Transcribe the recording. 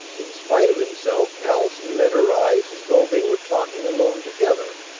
in spite of himself allison met her eyes as though they were talking alone together,